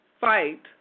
fight